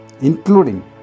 including